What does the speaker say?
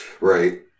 right